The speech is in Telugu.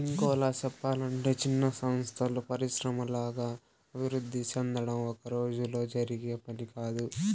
ఇంకోలా సెప్పలంటే చిన్న సంస్థలు పరిశ్రమల్లాగా అభివృద్ధి సెందడం ఒక్కరోజులో జరిగే పని కాదు